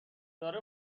داره